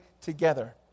together